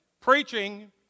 preaching